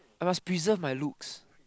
I must preserve my looks